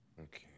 Okay